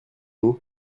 nous